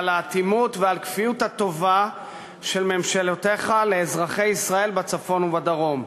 על האטימות ועל כפיות הטובה של ממשלותיך לאזרחי ישראל בצפון ובדרום,